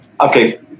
okay